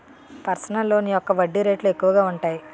personal loan యొక్క వడ్డీ రేట్లు ఎక్కువగా ఉంటాయి